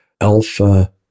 alpha